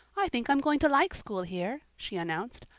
i think i'm going to like school here, she announced.